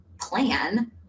plan